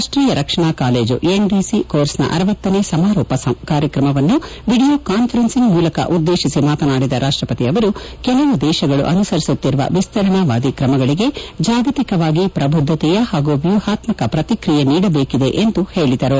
ರಾಷ್ಟ್ರೀಯ ರಕ್ಷಣಾ college N D C course ನ ಅರವತ್ತನೇ ಸಮಾರೋಪ ಕಾರ್ಯಕ್ರಮವನ್ನು ವಿಡಿಯೋ ಕಾನ್ವರೆನ್ಸಿಂಗ್ ಮೂಲಕ ಉದ್ದೇಶಿಸಿ ಮಾತನಾಡಿದ ರಾಷ್ಟ ಪತಿ ಅವರು ಕೆಲವು ದೇಶಗಳು ಅನುಸರಿಸುತ್ತಿರುವ ವಿಸ್ತರಣಾವಾದಿ ಕ್ರಮಗಳಿಗೆ ಜಾಗತಿಕವಾಗಿ ಪ್ರಬುದ್ದತೆಯ ಹಾಗೂ ವ್ಯೂಹಾತ್ಮಕ ಪ್ರತಿಕ್ರಿಯೆಯನ್ನು ನೀದಬೇಕಿದೆ ಎಂದು ಹೇಳಿದರು